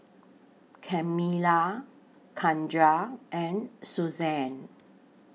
Kamila Keandre and Suzanne